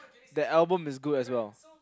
that album is good as well